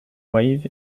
wave